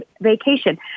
vacation